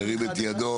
שירים את ידו.